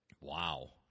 Wow